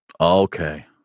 Okay